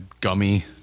gummy